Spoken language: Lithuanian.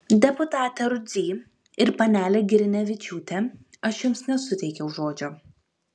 deputate rudzy ir panele grinevičiūte aš jums nesuteikiau žodžio